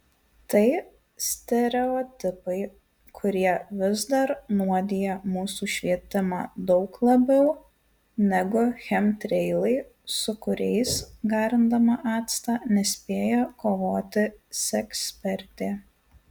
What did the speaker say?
tai stereotipai kurie vis dar nuodija mūsų švietimą daug labiau negu chemtreilai su kuriais garindama actą nespėja kovoti sekspertė